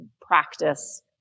practice